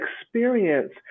experience